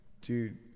dude